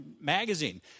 Magazine